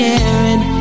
Sharing